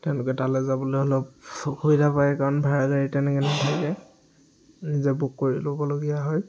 তেওঁলোকে তালৈ যাবলৈ অলপ অসুবিধা পায় কাৰণ ভাড়া গাড়ী তেনেকৈ নাথাকে নিজে বুক কৰি ল'বলগীয়া হয়